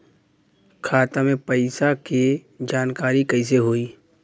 खाता मे पैसा के जानकारी कइसे होई?